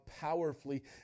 powerfully